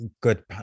good